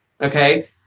okay